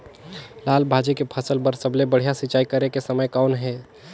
लाल भाजी के फसल बर सबले बढ़िया सिंचाई करे के समय कौन हे?